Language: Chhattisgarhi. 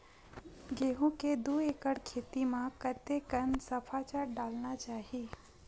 गेहूं के दू एकड़ खेती म कतेकन सफाचट डालना चाहि?